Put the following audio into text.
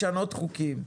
לשנות חוקים,